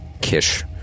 kish